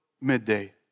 midday